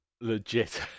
legit